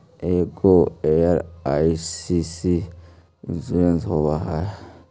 ऐगो LIC insurance होव है?